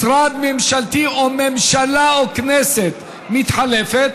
משרד ממשלתי או ממשלה או כנסת מתחלפים,